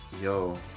yo